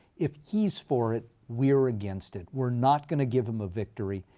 if he's for it, we're against it. we're not going to give him a victory,